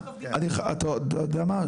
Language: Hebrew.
אתה יודע מה?